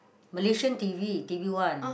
Malaysian t_v t_v one